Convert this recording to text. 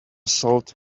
sold